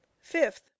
fifth